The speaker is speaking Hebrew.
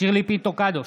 שירלי פינטו קדוש,